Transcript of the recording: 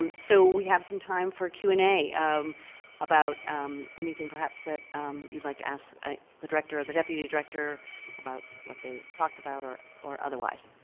um so we have some time for q and a um about um anything perhaps that you'd like to ask the director or the deputy director about what they talked about or or otherwise.